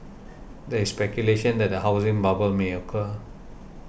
there is speculation that a housing bubble may occur